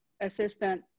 assistant